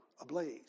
ablaze